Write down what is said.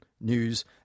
news